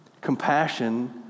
compassion